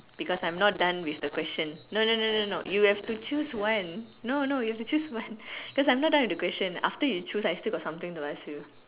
because I'm not done with the question no no no no no you have to choose one no no you have to choose one cause I'm not done with the question after you choose I still got something to ask you